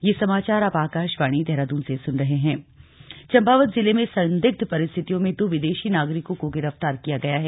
विदेशी गिरफ्तार चम्पावत जिले में संदिग्ध परिस्थितियों में दो विदेशी नागरिकों को गिरफतार किया गया है